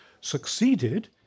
succeeded